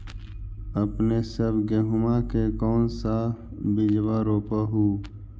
अपने सब गेहुमा के कौन सा बिजबा रोप हू?